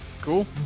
Cool